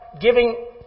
giving